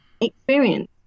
experience